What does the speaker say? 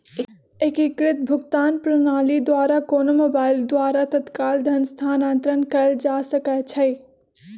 एकीकृत भुगतान प्रणाली द्वारा कोनो मोबाइल द्वारा तत्काल धन स्थानांतरण कएल जा सकैछइ